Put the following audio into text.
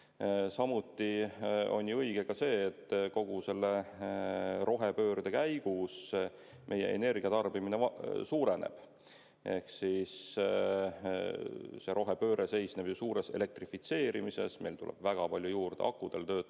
on õige see, et kogu selle rohepöörde käigus meie energiatarbimine suureneb. Rohepööre seisneb ju suures elektrifitseerimises, meil tuleb väga palju juurde akude jõul töötavaid